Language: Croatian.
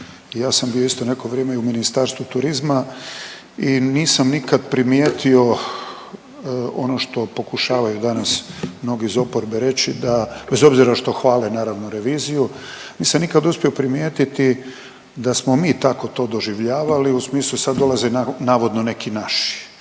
ja sam bio isto neko vrijeme i u Ministarstvu turizma i nisam nikad primijetio ono što pokušavaju danas mnogi iz oporbe reći da bez obzira što hvale naravno reviziju, nisam nikad uspio primijetiti da smo mi tako to doživljavali u smislu sad dolaze navodno neki naši